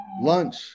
lunch